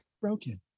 broken